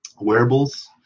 wearables